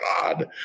God